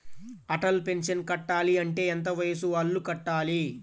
Atal pension కట్టాలి అంటే ఎంత వయసు వాళ్ళు కట్టాలి?